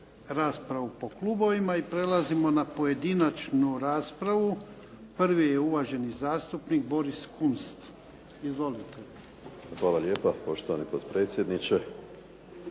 raspravu po klubovima. Prelazimo na pojedinačnu raspravu. Prvi je uvaženi zastupnik Boris Kunst. Izvolite. **Kunst, Boris (HDZ)** Hvala lijepa. Poštovani potpredsjedniče,